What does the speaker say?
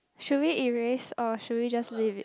should we erase or should we just leave it